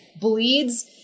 bleeds